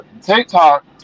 TikTok